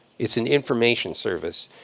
it's an information service.